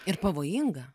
ir pavojinga